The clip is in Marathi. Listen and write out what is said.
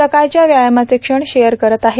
सकाळच्या व्यायामाचे क्षण शेअर करत आहे